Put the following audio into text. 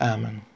Amen